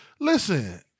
Listen